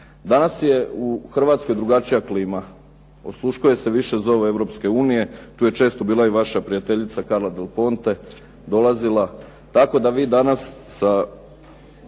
Danas je u Hrvatskoj drugačija klima, osluškuje se više zov Europske unije. Tu je često bila i vaša prijateljica Carla Del Ponte dolazila tako da vi danas sa